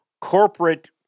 corporate